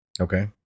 Okay